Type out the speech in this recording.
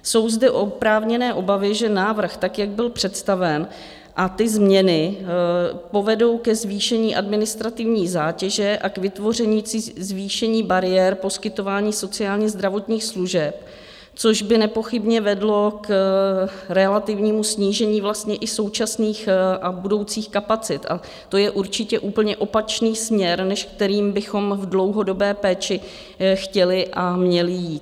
Jsou zde oprávněné obavy, že návrh tak, jak byl představen, a ty změny povedou ke zvýšení administrativní zátěže a k vytvoření či zvýšení bariér poskytování sociálnězdravotních služeb, což by nepochybně vedlo k relativnímu snížení i současných a budoucích kapacit, a to je určitě úplně opačný směr, než kterým bychom v dlouhodobé péči chtěli a měli jít.